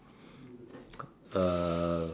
uh